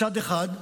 מצד אחד,